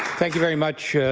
thank you very much,